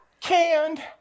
canned